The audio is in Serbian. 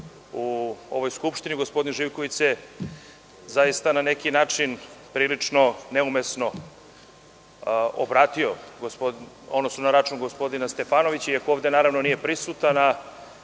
u ovoj Skupštini, a gospodin Živković se zaista na neki način prilično neumesno obratio na račun gospodina Stefanovića, iako on ovde nije prisutan.